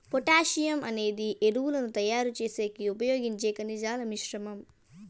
potassium అనేది ఎరువులను తయారు చేసేకి ఉపయోగించే ఖనిజాల మిశ్రమం